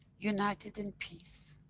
united in peace.